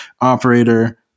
operator